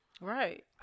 Right